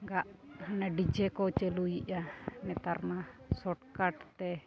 ᱜᱟᱜ ᱢᱟᱱᱮ ᱰᱤᱡᱮ ᱠᱚ ᱪᱟᱹᱞᱩᱭᱮᱜᱼᱟ ᱱᱮᱛᱟᱨ ᱢᱟ ᱥᱚᱨᱠᱟᱨᱴ ᱛᱮ